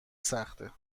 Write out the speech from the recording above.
سخته